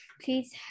please